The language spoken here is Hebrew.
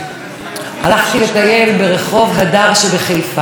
הייתה כתובת על הקיר: אישה מוכה,